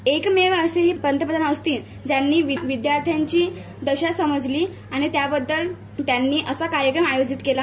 हे एकमव असे पंतप्रधान असतील ज्यांनी विद्याथ्र्यांची दशा समजली आणि त्यांनी असा कार्यक्रम आयोजित केला